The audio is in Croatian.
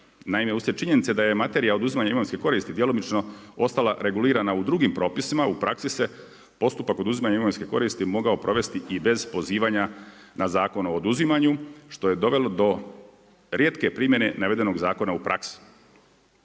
Naime, usred činjenice da je materija oduzimanje imovinske koristi djelomično ostala regulirana u drugim propisima u praksi se postupak oduzimanja imovinske koristi mogao provesti i bez pozivanja na Zakon o oduzimanju što je dovelo do rijetke primjene navedenog zakona u praksi.